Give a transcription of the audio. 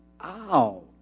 ow